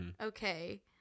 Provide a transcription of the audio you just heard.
Okay